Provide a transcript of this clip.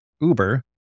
Uber